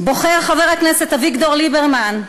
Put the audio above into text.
בוחר חבר הכנסת אביגדור ליברמן,